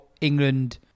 England